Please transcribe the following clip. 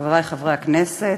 חברי חברי הכנסת,